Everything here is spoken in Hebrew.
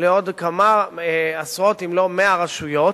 לעוד כמה עשרות, אם לא 100 רשויות,